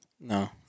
No